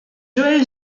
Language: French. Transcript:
joël